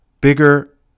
bigger